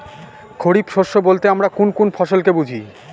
খরিফ শস্য বলতে আমরা কোন কোন ফসল কে বুঝি?